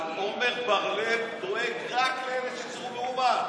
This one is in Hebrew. אבל עמר בר לב דואג רק לאלה שחזרו מאומן.